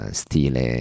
stile